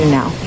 now